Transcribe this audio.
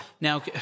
Now